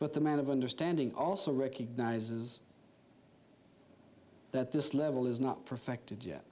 but the man of understanding also recognizes that this level is not perfected yet